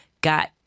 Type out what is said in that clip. got